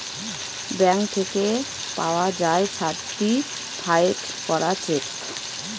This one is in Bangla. ব্যাঙ্ক থেকে পাওয়া যায় সার্টিফায়েড করা চেক